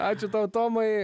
ačiū tau tomai